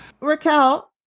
Raquel